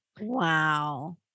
Wow